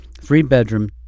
three-bedroom